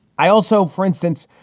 i also, for instance,